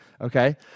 Okay